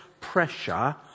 pressure